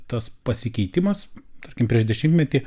tas pasikeitimas tarkim prieš dešimtmetį